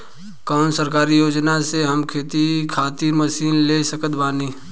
कौन सरकारी योजना से हम खेती खातिर मशीन ले सकत बानी?